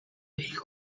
ich